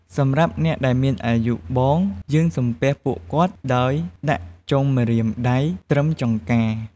សម្រាប់អ្នកដែលមានអាយុបង យើងសំពះពួកគាត់ដោយដាក់ចុងម្រាមដៃត្រឹមចង្កា។